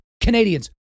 Canadians